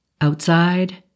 Outside